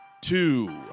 two